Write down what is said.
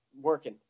Working